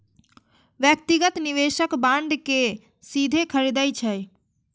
व्यक्तिगत निवेशक बांड कें सीधे खरीदै छै